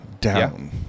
down